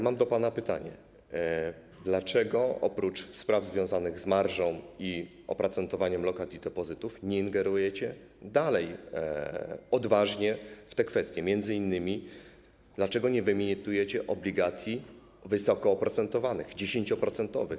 Mam do pana pytanie: Dlaczego oprócz spraw związanych z marżą i oprocentowaniem lokat i depozytów nie ingerujecie dalej odważnie w te kwestie, m.in. dlaczego nie wyemitujecie obligacji wysoko oprocentowanych, 10-procentowych?